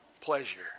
pleasure